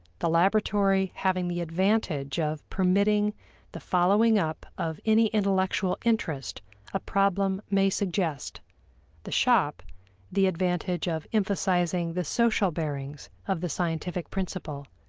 the laboratory having the advantage of permitting the following up of any intellectual interest a problem may suggest the shop the advantage of emphasizing the social bearings of the scientific principle,